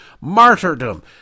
martyrdom